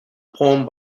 poem